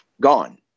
gone